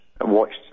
watched